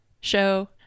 show